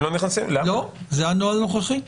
זה הנוהל הנוכחי.